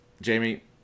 Jamie